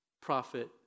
prophet